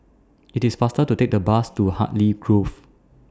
IT IS faster to Take The Bus to Hartley Grove